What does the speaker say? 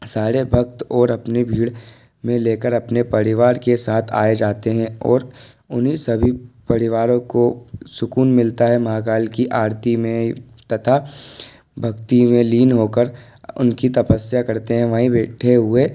सारे भक्त और अपनी भीड़ में लेकर अपने परिवार के साथ आए जाते हैं और उन्हीं सभी परिवारों को सुकून मिलता है महाकाल की आरती में तथा भक्ति में लीन होकर उनकी तपस्या करते हैं वहीं बैठे हुए